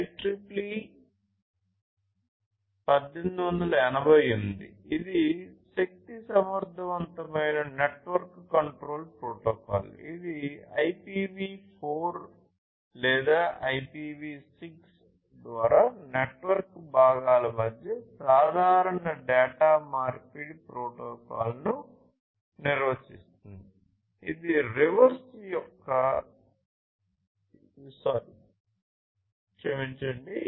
IEEE 1888 ఇది శక్తి సమర్థవంతమైన నెట్వర్క్ కంట్రోల్ ప్రోటోకాల్ ఇది IPv4 లేదా IPv6 ద్వారా నెట్వర్క్ భాగాల మధ్య సాధారణ డేటా మార్పిడి ప్రోటోకాల్ను నిర్వచిస్తుంది